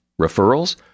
Referrals